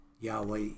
Yahweh